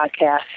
podcast